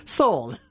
sold